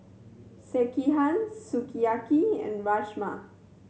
Sekihan Sukiyaki and Rajma